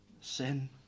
sin